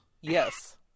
Yes